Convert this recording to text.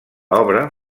obra